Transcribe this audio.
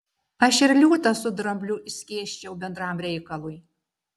aš ir liūtą su drambliu išskėsčiau bendram reikalui